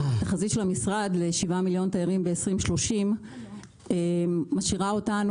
התחזית של המשרד ל-7 מיליון תיירים ב-2030 משאירה אותנו